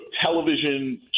television